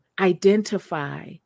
identify